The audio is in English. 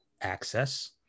access